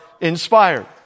inspired